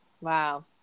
wow